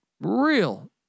real